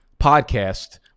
podcast